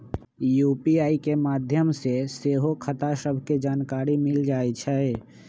UPI के माध्यम से सेहो खता सभके जानकारी मिल जाइ छइ